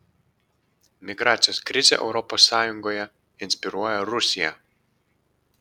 migracijos krizę europos sąjungoje inspiruoja rusija